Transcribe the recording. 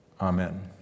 Amen